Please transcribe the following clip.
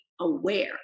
aware